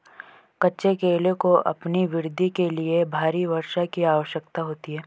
कच्चे केले को अपनी वृद्धि के लिए भारी वर्षा की आवश्यकता होती है